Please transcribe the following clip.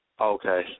Okay